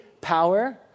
power